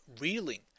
reeling